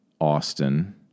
Austin